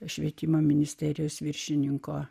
švietimo ministerijos viršininko